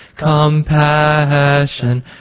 compassion